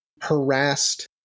harassed